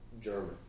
German